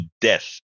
death